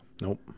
Nope